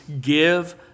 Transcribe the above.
give